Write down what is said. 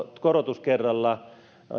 korotuskerralla